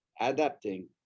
adapting